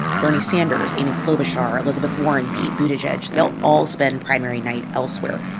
bernie sanders, amy klobuchar, elizabeth warren, pete buttigieg they'll all spend primary night elsewhere.